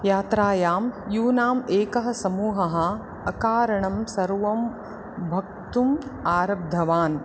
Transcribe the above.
यात्रायां यूनाम् एकः समूहः अकारणं सर्वं वक्तुं आरब्धवान्